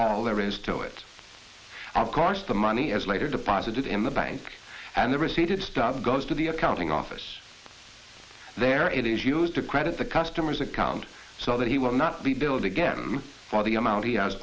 all there is to it of course the money as later deposited in the bank and the receded stuff goes to the accounting office there it is used to credit the customers account so that he will not be billed again for the amount